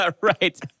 Right